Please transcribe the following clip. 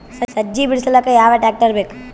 ಸಜ್ಜಿ ಬಿಡಿಸಿಲಕ ಯಾವ ಟ್ರಾಕ್ಟರ್ ಬೇಕ?